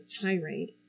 tirade